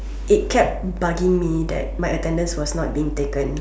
it kept bugging me that my attendance was not being taken